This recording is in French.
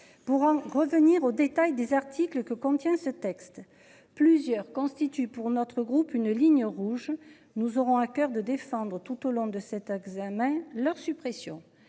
Pour en revenir au détail des articles que contient ce texte plusieurs constitue pour notre groupe. Une ligne rouge. Nous aurons à coeur de défendre tout au long de cet examen leur suppression